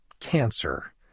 cancer